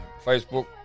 Facebook